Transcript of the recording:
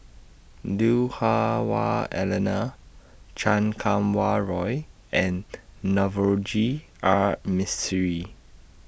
Lui Hah Wah Elena Chan Kum Wah Roy and Navroji R Mistri